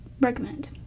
recommend